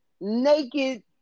naked